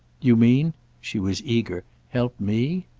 you mean she was eager help me?